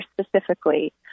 specifically –